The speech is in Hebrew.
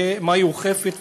ומה היא אוכפת,